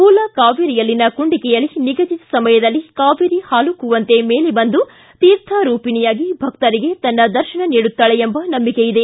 ತಲಕಾವೇರಿಯಲ್ಲಿನ ಕುಂಡಿಕೆಯಲ್ಲಿ ನಿಗದಿತ ಸಮಯದಲ್ಲಿ ಕಾವೇರಿ ಹಾಲುಕ್ಕುವಂತೆ ಮೇಲೆ ಬಂದು ತೀರ್ಥ ರೂಪಿಣಿಯಾಗಿ ಭಕ್ತರಿಗೆ ತನ್ನ ದರ್ಶನ ನೀಡುತ್ತಾಳೆ ಎಂಬ ನಂಬಿಕೆಯಿದೆ